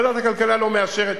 ועדת הכלכלה לא מאשרת,